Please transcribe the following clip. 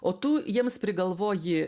o tu jiems prigalvoji